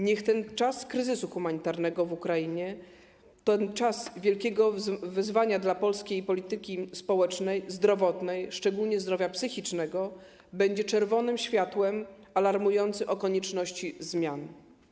Niech ten czas kryzysu humanitarnego w Ukrainie, ten czas wielkiego wyzwania dla polskiej polityki społecznej, zdrowotnej, szczególnie tej dotyczącej zdrowia psychicznego, będzie czerwonym światłem alarmującym o konieczności wprowadzenia zmian.